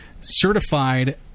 certified